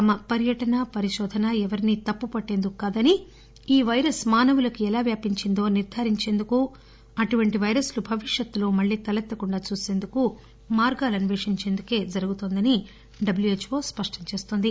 తమ పర్యటన పరిశోధన ఎవరిని తప్పు పట్టేందుకు కాదని ఈ పైరస్ మానవులకు ఎలా వ్యాపించిందో నిర్దారించేందుకు అటువంటి పైరస్లు భవిష్కత్తులో మళ్లీ తలెత్తకుండా చూసేందుకు మార్గాలు అస్వేషించేందుకే తమ పర్యటన జరుగుతోందని డబ్ల్మాహెచ్నో స్పష్టం చేస్తోంది